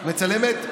מצלמת?